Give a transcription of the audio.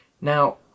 Now